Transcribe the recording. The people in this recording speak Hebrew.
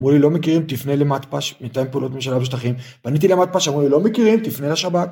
אמרו לי לא מכירים תפנה למטפש, מינתיים פעולות ממשלב שטחים, בניתי למטפש אמרו לי לא מכירים תפנה לשבכ